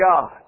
God